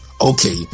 Okay